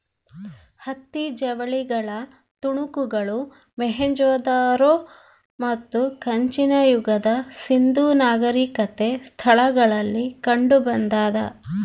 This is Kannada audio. ಹತ್ತಿ ಜವಳಿಗಳ ತುಣುಕುಗಳು ಮೊಹೆಂಜೊದಾರೋ ಮತ್ತು ಕಂಚಿನ ಯುಗದ ಸಿಂಧೂ ನಾಗರಿಕತೆ ಸ್ಥಳಗಳಲ್ಲಿ ಕಂಡುಬಂದಾದ